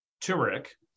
turmeric